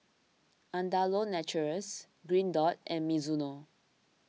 Andalou Naturals Green Dot and Mizuno